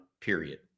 Period